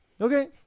Okay